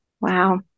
Wow